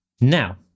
Now